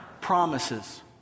promises